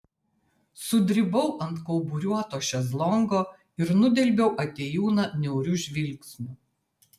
sudribau ant kauburiuoto šezlongo ir nudelbiau atėjūną niauriu žvilgsniu